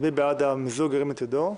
מי בעד המיזוג, ירים את ידו?